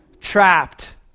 Trapped